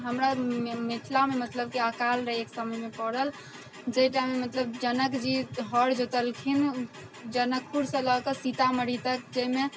हमरा मिथिलामे मतलब कि अकाल रहैत एकसमयमे पड़ल जाहि टाइममे मतलब जनक जी हर जोतलखिन जनकपुरसँ लए कऽ सीतामढ़ी तक जाहिमे